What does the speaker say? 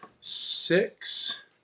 Six